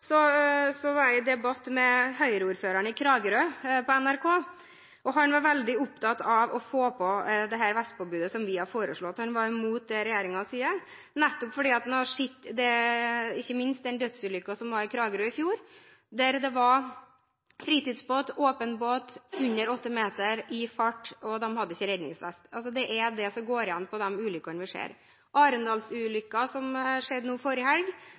var jeg i debatt med Høyre-ordføreren i Kragerø på NRK, og han var veldig opptatt av å få på plass dette vestpåbudet som vi har foreslått. Han var imot det regjeringen sier, ikke minst på grunn av den dødsulykken som var i Kragerø i fjor, der det var fritidsbåt, åpen båt under 8 meter, i fart, og de hadde ikke redningsvest på. Det er det som går igjen i de ulykkene vi ser. Det samme gjelder Arendal-ulykken som skjedde forrige helg